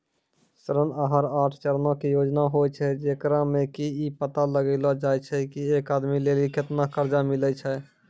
ऋण आहार आठ चरणो के योजना होय छै, जेकरा मे कि इ पता लगैलो जाय छै की एक आदमी लेली केतना कर्जा मिलै छै